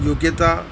યોગ્યતા